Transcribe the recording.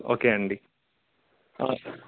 okay అండి